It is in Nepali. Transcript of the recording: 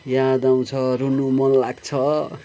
याद आउँछ रुनु मन लाग्छ